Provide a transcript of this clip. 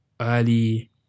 early